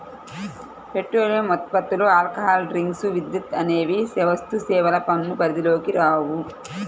petroleum ఉత్పత్తులు, alcohol drinks, విద్యుత్ అనేవి వస్తుసేవల పన్ను పరిధిలోకి రావు